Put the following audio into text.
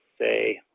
say